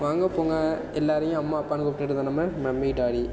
வாங்க போங்க எல்லாரையும் அம்மா அப்பான்னு கூப்பிட்டுகிட்டு இருந்த நம்ம மம்மி டாடி